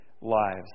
lives